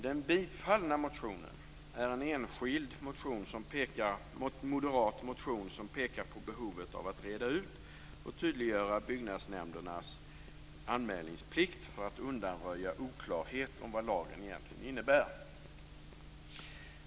Den motion som tillstyrks är en enskild moderat motion där man pekar på behovet av att reda ut och tydliggöra byggnadsnämndernas anmälningsplikt för att undanröja oklarhet om vad lagen egentligen innebär.